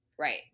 right